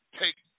take